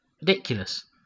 Ridiculous